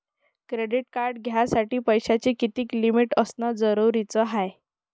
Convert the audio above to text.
Credit card घ्यासाठी पैशाची कितीक लिमिट असनं जरुरीच हाय?